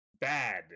Bad